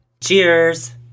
Cheers